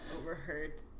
overheard